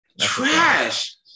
Trash